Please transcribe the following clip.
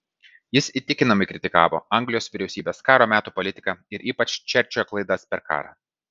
jis įtikinamai kritikavo anglijos vyriausybės karo meto politiką ir ypač čerčilio klaidas per karą